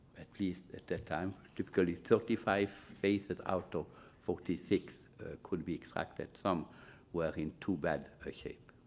at least at that time. typically thirty five faces out of forty six could be extracted. some were in too bad a shape.